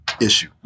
Issue